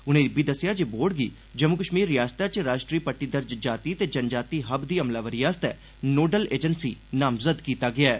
उनें इब्बी दस्सेया जे बोर्ड गी जम्मू कश्मीर रियासता च राष्ट्री ट्टी दर्ज जाति ते जन जाति हब दी अमलावरी आस्तै नोडल एजेंसी नामजद कीता गेया ऐ